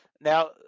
Now